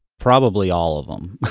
probably all of them